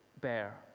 bear